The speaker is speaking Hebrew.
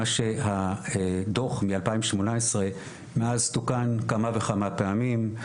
הדוח מ-2018 מאז תוקן כמה וכמה פעמים,